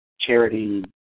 charity